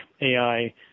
AI